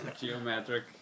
Geometric